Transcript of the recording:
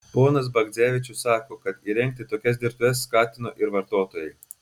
ponas bagdzevičius sako kad įrengti tokias dirbtuves skatino ir vartotojai